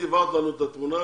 הבהרת לנו את התמונה